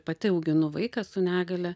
pati auginu vaiką su negalia